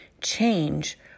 change